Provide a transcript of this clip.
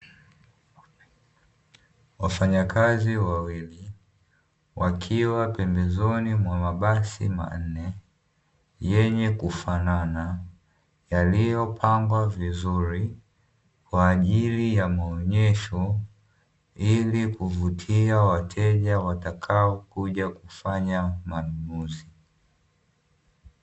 Wafanya kazi wawili wakiwa pembezoni mwa mabasi manne yenye kufanana, yaliyopangwa vizuri kwa ajili ya maonyesho ili kuvutia wateja watakuja kufanya manunuzi.